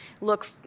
look